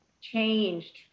changed